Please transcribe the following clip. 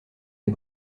est